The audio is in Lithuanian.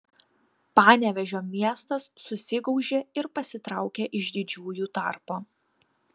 panevėžio miestas susigaužė ir pasitraukė iš didžiųjų tarpo